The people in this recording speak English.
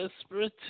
desperate